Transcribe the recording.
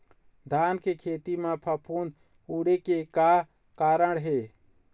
धान के खेती म फफूंद उड़े के का कारण हे?